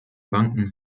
banken